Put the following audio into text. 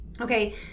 Okay